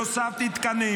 והוספתי תקנים,